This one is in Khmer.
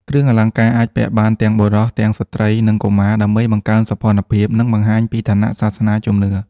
គ្រឿងអលង្ការអាចពាក់បានទាំងបុរស ទាំងស្ត្រី និងកុមារ ដើម្បីបង្កើនសោភ័ណភាព និងបង្ហាញពីឋានៈ សាសនា ជំនឿ។